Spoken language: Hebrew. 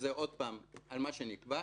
שזה על מה שנקבע,